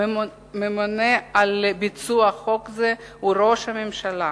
שהממונה על ביצוע חוק זה הוא ראש הממשלה,